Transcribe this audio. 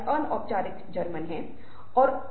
इसलिए विराम देने की कोई गुंजाइश नहीं है